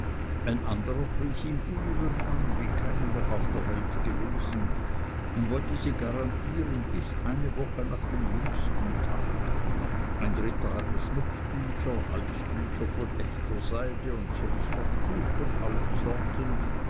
ein anderer pries ihm uhren an wie keine noch auf der welt gewesen und wollte sie garantieren bis eine woche nach dem jüngsten tage ein dritter hatte schnupftücher halstücher von echter seide und sonst noch tuch von allen sorten